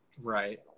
right